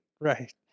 right